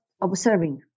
observing